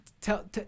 Tell